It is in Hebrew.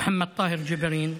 ג'בארין,